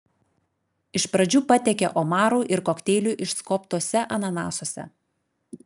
iš pradžių patiekė omarų ir kokteilių išskobtuose ananasuose